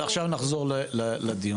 ועכשיו נחזור לדיון.